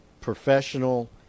professional